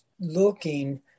looking